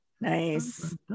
Nice